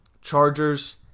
Chargers